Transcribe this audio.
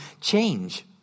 change